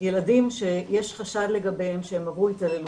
ילדים שיש חשד לגביהם שהם עברו התעללות.